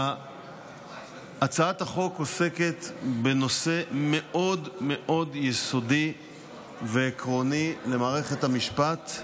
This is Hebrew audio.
הצעת החוק עוסקת בנושא מאוד מאוד יסודי ועקרוני למערכת המשפט.